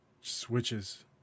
Switches